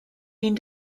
been